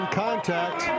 contact